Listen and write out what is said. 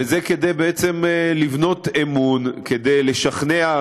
וזה כדי לבנות אמון, כדי לשכנע.